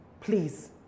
please